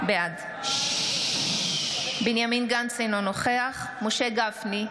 בעד בנימין גנץ, אינו נוכח משה גפני,